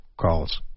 calls